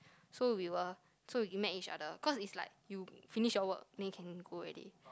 so we were so we met each other cause it's like you finish your work then you can go already